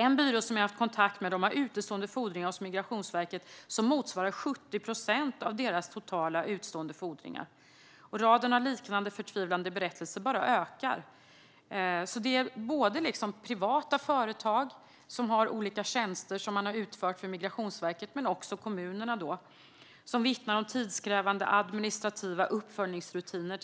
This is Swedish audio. En byrå som jag har haft kontakt med har utestående fordringar hos Migrationsverket som motsvarar 70 procent av deras totala utestående fordringar. Antalet liknande förtvivlade berättelser bara ökar. Det handlar både om privata företag som har utfört olika tjänster för Migrationsverkets räkning och om kommunerna som vittnar om tidskrävande administrativa uppföljningsrutiner.